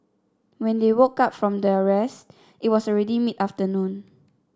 when they woke up from their rest it was already mid afternoon